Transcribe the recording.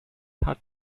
putt